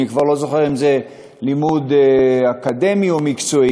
אני כבר לא זוכר אם זה לימוד אקדמי או מקצועי.